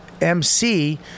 MC